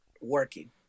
working